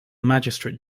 magistrate